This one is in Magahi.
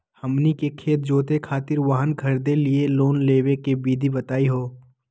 हमनी के खेत जोते खातीर वाहन खरीदे लिये लोन लेवे के विधि बताही हो?